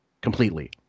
completely